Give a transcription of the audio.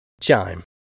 Chime